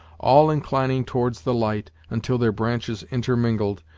all inclining towards the light, until their branches intermingled,